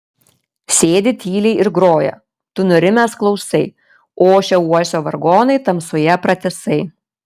sėdi tyliai ir groja tu nurimęs klausai ošia uosio vargonai tamsoje pratisai